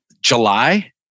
July